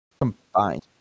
combined